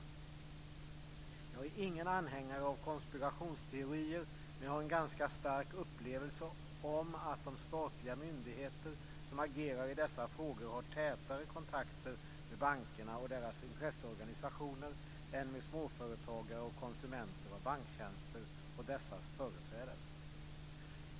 Jag är ingen anhängare av konspirationsteorier, men jag har en ganska stark uppfattning om att de statliga myndigheter som agerar i dessa frågor har tätare kontakter med bankerna och deras intresseorganisationer än med småföretagare och konsumenter av banktjänster och dessas företrädare.